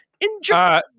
Enjoy